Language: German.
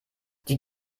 die